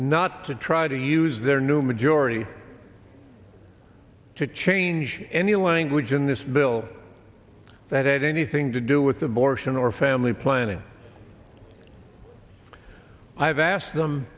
not to try to use their new majority to change any language in this bill that had anything to do with abortion or family planning i've asked them